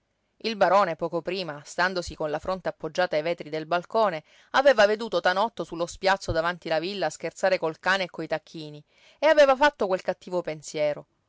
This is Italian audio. il barone poco prima standosi con la fronte appoggiata ai vetri del balcone aveva veduto tanotto su lo spiazzo davanti la villa scherzare col cane e coi tacchini e aveva fatto quel cattivo pensiero